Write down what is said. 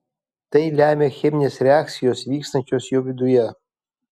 tai lemia cheminės reakcijos vykstančios jo viduje